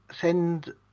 send